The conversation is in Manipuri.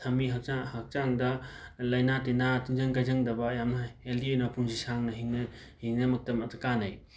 ꯊꯝꯃꯤ ꯍꯛꯆꯥꯡ ꯍꯛꯆꯥꯡꯗ ꯂꯥꯏꯅ ꯇꯤꯟꯅ ꯇꯤꯟꯖꯪ ꯀꯥꯏꯖꯪꯗꯕ ꯌꯥꯝꯅ ꯍꯦꯜꯗꯤ ꯑꯣꯏꯅ ꯄꯨꯟꯁꯤ ꯁꯥꯡꯅ ꯍꯤꯡꯅ ꯍꯤꯡꯅꯃꯇꯃꯛꯇ ꯀꯥꯟꯅꯩ